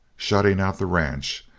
shutting out the ranch,